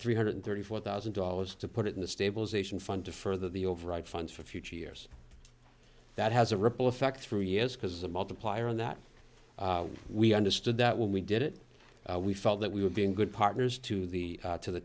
three hundred thirty four thousand dollars to put it in the stabilization fund to further the overwrite funds for future years that has a ripple effect through years because the multiplier on that we understood that when we did it we felt that we would be in good partners to the to the